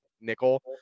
nickel